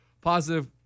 positive